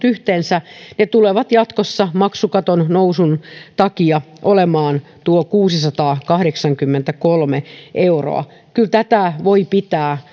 yhteensä ne tulevat jatkossa maksukaton nousun takia olemaan tuon kuusisataakahdeksankymmentäkolme euroa kyllä tätä voi pitää